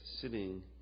sitting